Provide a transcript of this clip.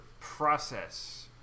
process